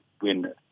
win